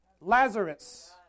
Lazarus